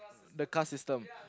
the car system